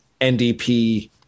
NDP